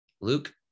Luke